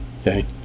okay